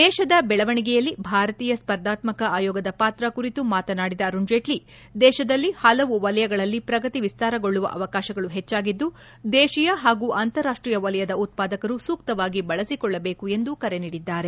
ದೇಶದ ಬೆಳವಣಿಗೆಯಲ್ಲಿ ಭಾರತೀಯ ಸ್ಫರ್ಧಾತ್ಕಕ ಆಯೋಗದ ಪಾತ್ರ ಕುರಿತು ಮಾತನಾಡಿದ ಅರುಣ್ ಜೇಟ್ಲ ದೇಶದಲ್ಲಿ ಹಲವು ವಲಯಗಳಲ್ಲಿ ಪ್ರಗತಿ ವಿಸ್ತಾರಗೊಳ್ಳುವ ಅವಕಾಶಗಳು ಹೆಚ್ಚಾಗಿದ್ದು ದೇಶೀಯ ಹಾಗೂ ಅಂತಾರಾಷ್ಟೀಯ ವಲಯದ ಉತ್ಪಾದಕರು ಸೂಕ್ತವಾಗಿ ಬಳಸಿಕೊಳ್ಳಬೇಕು ಎಂದು ಕರೆ ನೀಡಿದರು